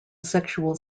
sexual